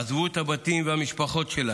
עזבו את הבתים והמשפחות שלהם,